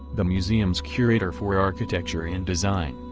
the museum's curator for architecture and design,